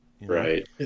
Right